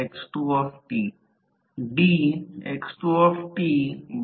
म्हणजेच आम्ही प्राप्त केलेल्या जास्तीत जास्त कार्यक्षमतेने आयन लॉस कॉपर लॉस आहे